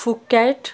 Phuket